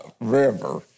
river